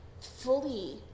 fully